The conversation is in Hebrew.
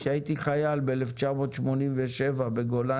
כאשר הייתי חייל ב-1987 בגולני,